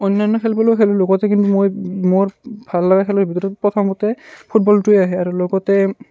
অন্যান্য খেলবোৰো খেলোঁ লগতে কিন্তু মই মোৰ ভাল লগা খেলৰ ভিতৰত প্ৰথমতে ফুটবলটোৱেই আহে আৰু লগতে